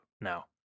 now